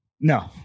No